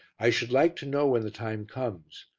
i should like to know when the time comes,